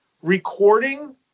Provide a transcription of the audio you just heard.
recording